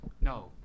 No